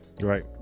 right